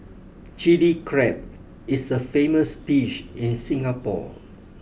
chilli crab is a famous dish in Singapore